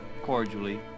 cordially